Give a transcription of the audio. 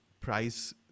price